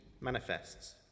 manifests